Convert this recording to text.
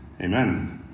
Amen